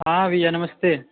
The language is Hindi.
हाँ भैया नमस्ते